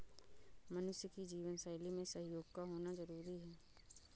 मनुष्य की जीवन शैली में सहयोग का होना जरुरी है